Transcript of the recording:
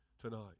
tonight